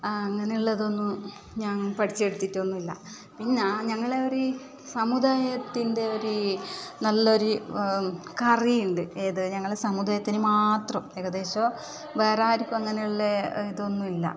അങ്ങനെ ഉള്ളതൊന്നും ഞാൻ പഠിച്ചെടുത്തിട്ടൊന്നുമില്ല പിന്നെ ഞങ്ങളുടെ ഒര് സമുദായത്തിൻ്റെ ഒര് നല്ലൊര് കറി ഉണ്ട് ഏത് ഞങ്ങളുടെ സമുദായത്തിന് മാത്രം ഏകദേശം വേറെ ആർക്കും അങ്ങനെ ഉള്ള ഇതൊന്നുമില്ല